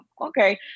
okay